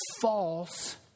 false